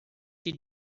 she